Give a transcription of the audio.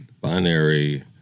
Binary